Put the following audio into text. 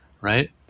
right